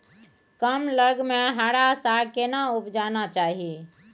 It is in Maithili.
कम लग में हरा साग केना उपजाना चाही?